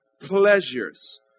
pleasures